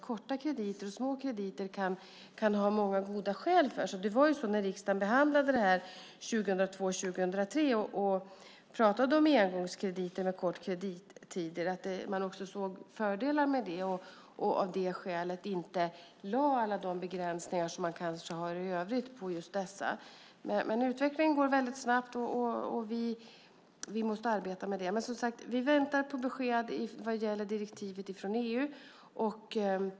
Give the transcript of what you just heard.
Korta krediter och små krediter kan ha många goda skäl för sig. När riksdagen behandlade det här 2002/03 och pratade om engångskrediter med kort kredittid såg man också fördelar med det, och av det skälet lades inte alla de begränsningar som kanske finns i övrigt på just dessa. Utvecklingen går väldigt snabbt, och vi måste arbeta med det. Men vi väntar som sagt på besked vad gäller direktivet från EU.